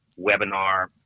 webinar